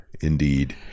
Indeed